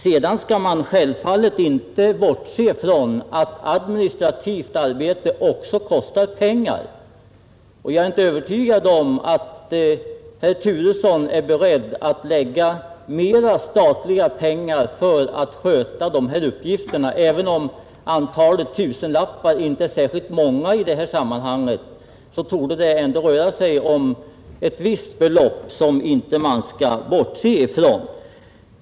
Man skall självfallet inte bortse från att administrativt arbete också kostar pengar. Jag är övertygad om att herr Turesson inte är beredd att förorda att det anslås mer pengar för dessa uppgifter; även om det inte skulle bli fråga om särskilt många tusenlappar torde det ändå röra sig om ett belopp som man inte kan bortse från.